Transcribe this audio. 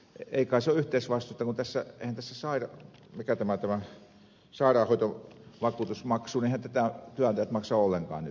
ei kai se ole yhteisvastuuta kun eihän tässä tätä sairaanhoitovakuutusmaksua työnantajat maksa ollenkaan nyt